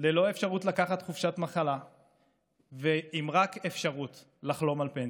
ללא אפשרות לקחת חופשת מחלה ועם אפשרות רק לחלום על פנסיה.